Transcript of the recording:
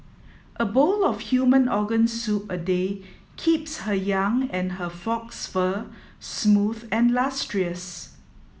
a bowl of human organ soup a day keeps her young and her fox fur smooth and lustrous